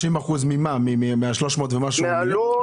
30 אחוזים מה-300 ומשהו מיליון?